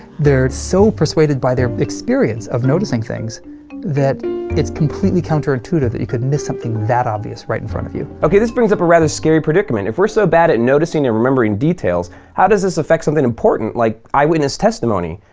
they're so persuaded by their experience of noticing things that it's completely counter-intuitive that you could miss something that obvious right in front of you. ok, this brings up a rather scary predicament. if we're so bad at noticing and remembering details, how does this affect something important, like eyewitness testimony?